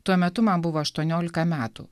tuo metu man buvo aštuoniolika metų